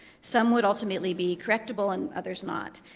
some would, ultimately, be correctable and others not.